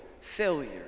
failure